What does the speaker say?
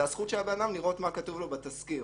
הזכות של האדם לראות מה כתוב לו בתסקיר.